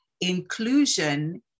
inclusion